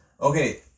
okay